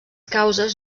causes